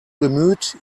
bemüht